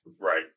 Right